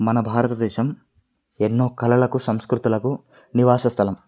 మన భారతదేశం ఎన్నో కళలకు సంస్కృతులకు నివాస స్థలం